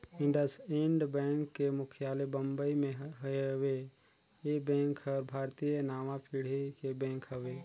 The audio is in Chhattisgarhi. इंडसइंड बेंक के मुख्यालय बंबई मे हेवे, ये बेंक हर भारतीय नांवा पीढ़ी के बेंक हवे